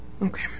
Okay